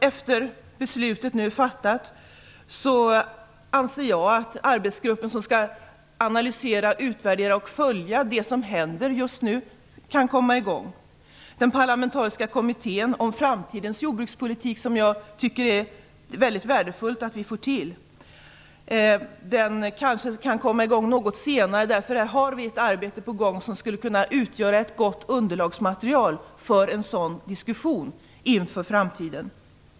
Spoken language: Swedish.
Efter att beslutet nu är fattat anser jag att den arbetsgrupp som skall analysera, utvärdera och följa det som just nu händer kan komma i gång. Den parlamentariska kommittén om framtidens jordbrukspolitik, som jag tycker att det är väldigt värdefullt att vi får till stånd, kanske kan komma i gång något senare, därför att där har vi ett arbete på gång som skulle kunna utgöra ett gott underlagsmaterial för en sådan diskussion inför framtiden.